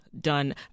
done